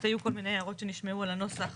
היו כל מיני הערות שנשמעו על הנוסח